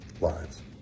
lives